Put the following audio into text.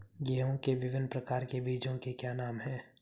गेहूँ के विभिन्न प्रकार के बीजों के क्या नाम हैं?